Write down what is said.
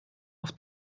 auf